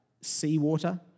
seawater